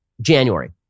January